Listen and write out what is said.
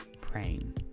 praying